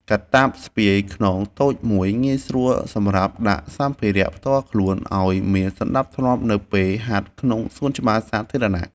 កាតាបស្ពាយខ្នងតូចមួយ ងាយស្រួលសម្រាប់ដាក់សម្ភារៈផ្ទាល់ខ្លួនឱ្យមានសណ្ដាប់ធ្នាប់នៅពេលហាត់ក្នុងសួនច្បារសាធារណៈ។